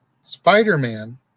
Spider-Man